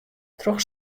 troch